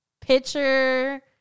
Pitcher